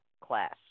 class